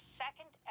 second